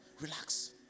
relax